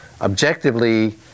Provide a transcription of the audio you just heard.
objectively